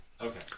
Okay